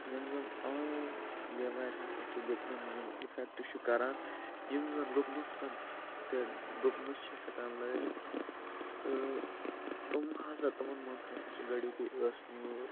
یِم زَن عام بیٚمارِ ہسا چھِ گُپنَن منٛز یِم اِفیٚکٹ چھِ کَران یِم زَن گُپنَس پٮ۪ٹھ گُپنَس چھِ ہیٚکان لٲرِتھ تہٕ تِم ہَسا تِمو منٛز ہَسا چھِ گۄڈنیُکُے اَسہِ نیور